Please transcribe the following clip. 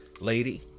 lady